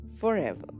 forever